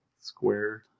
square